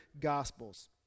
Gospels